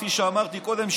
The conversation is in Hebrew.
כפי שאמרתי קודם,